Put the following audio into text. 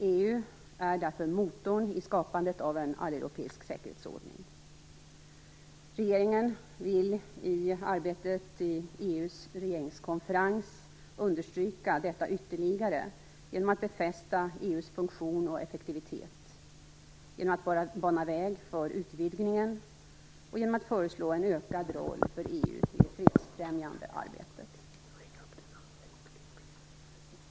EU är därför motorn i skapandet av en alleuropeisk säkerhetsordning. Regeringen vill i arbetet i EU:s regeringskonferens understryka detta ytterligare genom att befästa EU:s funktion och effektivitet, genom att bana väg för utvidgningen och genom att föreslå en utökad roll för EU i det fredsbefrämjande arbetet.